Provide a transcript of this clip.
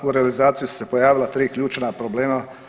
U realizaciji su se pojavila tri ključna problema.